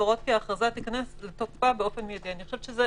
להורות כי ההכרזה תיכנס לתקופה באופן מיידי" אני חושבת שזה